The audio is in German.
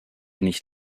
nicht